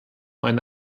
eine